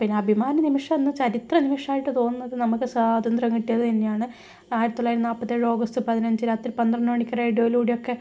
പിന്നെ അഭിമാന നിമിഷം ചരിത്ര നിമിഷമായി തോന്നുന്നത് നമുക്ക് സ്വാതന്ത്ര്യം കിട്ടിയത് തന്നെയാണ് ആയിരത്തി തൊള്ളായിരത്തി നാൽപ്പത്തേഴ് ഓഗസ്റ്റ് പതിനഞ്ച് രാത്രി പന്ത്രണ്ട് മണിക്ക് റേഡിയോയിലൂടെയൊക്കെ